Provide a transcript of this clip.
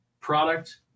product